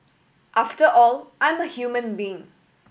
after all I'm a human being